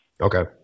Okay